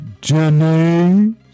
Jenny